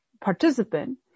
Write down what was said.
participant